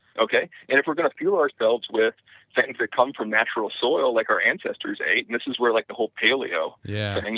okay. and if you are going to fill ourselves with things that comes from natural soil like our ancestors ate, this is where like the whole paleo, yeah, and